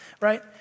right